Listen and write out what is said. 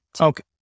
Okay